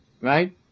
right